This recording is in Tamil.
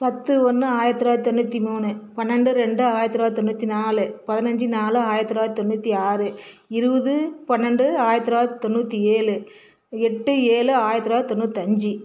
பத்து ஒன்று ஆயிரத்து தொள்ளாயிரத்து தொண்ணூற்றி மூணு பன்னெண்டு ரெண்டு ஆயிரத்து தொள்ளாயிரத்து தொண்ணூற்றி நாலு பதினைஞ்சி நாலு ஆயிரத்து தொள்ளாயிரத்து தொண்ணூற்றி ஆறு இருபது பன்னெண்டு ஆயிரத்து தொள்ளாயிரத்து தொண்ணூற்றி ஏழு எட்டு ஏழு ஆயிரத்து தொள்ளாயிரத்து தொண்ணூத்தஞ்சு